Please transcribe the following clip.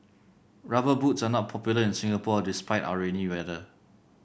rubber boots are not popular in Singapore despite our rainy weather